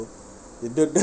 don't don't don't